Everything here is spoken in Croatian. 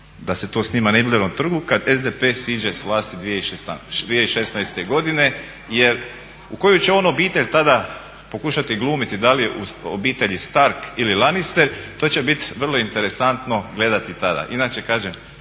da se to snima na Iblerovom trgu kad SDP siđe s vlasti 2016.godine jer u koju će on obitelj tada pokušati glumit, da li u obitelji Stark ili Lannister to će biti vrlo interesantno gledati tada.